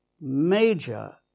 major